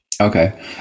Okay